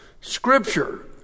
Scripture